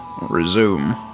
resume